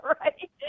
Right